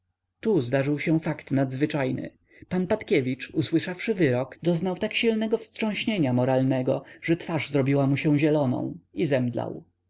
tu zdarzył się fakt nadzwyczajny pan patkiewicz usłyszawszy wyrok doznał tak silnego wstrząśnienia moralnego że twarz zrobiła mu się zieloną i